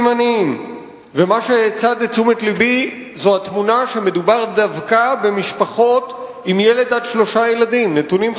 אני סקפטי לגבי האפשרות שהקואליציה והממשלה הזאת תתקדם ולו מילימטר אחד,